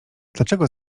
dlaczego